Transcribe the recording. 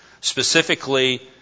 specifically